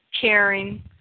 caring